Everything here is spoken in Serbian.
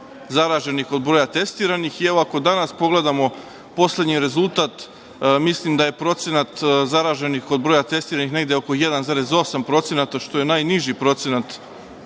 zaraženih od broja testiranih. Ako danas pogledamo poslednji rezultat, mislim da je procenat zaraženih od broja testiranih negde oko 1,8%, što je najniži procenat